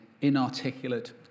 inarticulate